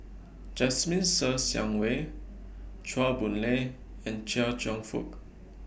Jasmine Ser Xiang Wei Chua Boon Lay and Chia Cheong Fook